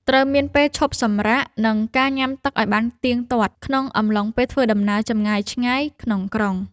ត្រូវមានពេលឈប់សម្រាក និងការញ៉ាំទឹកឱ្យបានទៀងទាត់ ក្នុងអំឡុងពេលធ្វើដំណើរចម្ងាយឆ្ងាយក្នុងក្រុង។